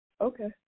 Okay